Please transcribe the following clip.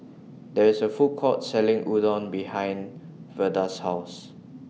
There IS A Food Court Selling Udon behind Verda's House